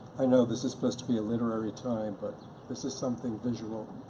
i know this is supposed to be a literary time, but this is something visual.